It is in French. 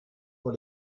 pour